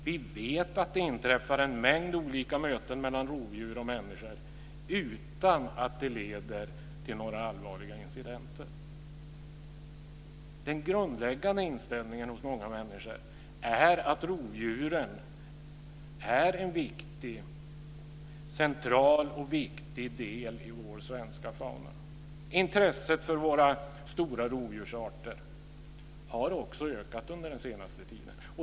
Vi vet att det inträffar en mängd olika möten mellan rovdjur och människor utan att det leder till några allvarliga incidenter. Den grundläggande inställningen hos många människor är att rovdjuren är en central och viktig del i vår svenska fauna. Intresset för våra stora rovdjursarter har också ökat under den senaste tiden.